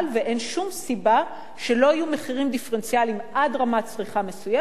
ואין שום סיבה שלא יהיו מחירים דיפרנציאליים: עד רמת צריכה מסוימת,